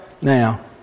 now